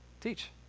teach